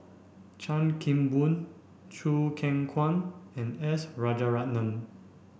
Chan Kim Boon Choo Keng Kwang and S Rajaratnam